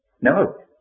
No